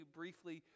briefly